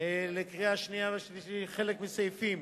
לקריאה שנייה ושלישית חלק מסעיפים